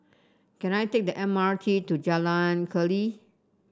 can I take the M R T to Jalan Keli